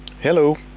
hello